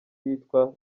yitwa